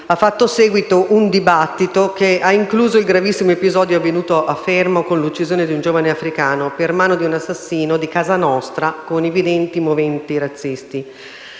ha fatto seguito un dibattito che ha incluso il gravissimo episodio avvenuto a Fermo, con l'uccisione di un giovane africano per mano di un assassino di casa nostra con evidenti moventi razzisti.